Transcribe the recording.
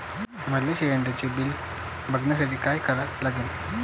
मले शिलिंडरचं बिल बघसाठी का करा लागन?